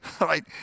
right